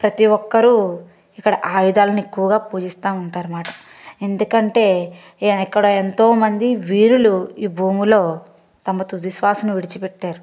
ప్రతి ఒక్కరు ఇక్కడ ఆయుధాల్ని కూడా పూజిస్తా ఉంటారమాట ఎందుకంటే అక్కడ ఎంతో మంది వీరులు ఈ భూమిలో తమ తుది స్వాసను విడిచి పెట్టారు